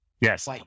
Yes